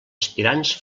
aspirants